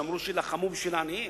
שאמרו שיילחמו בשביל העניים.